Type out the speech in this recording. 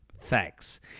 Thanks